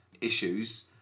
issues